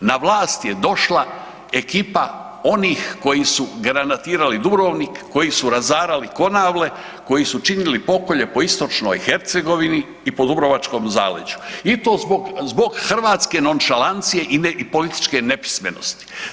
na vlast je došla ekipa onih koji su granatirali Dubrovnik, koji su razarali Konavle, koji su činili pokolje po istočnoj Hercegovini i po dubrovačkom zaleđu i to zbog hrvatske nonšalancije i političke nepismenosti.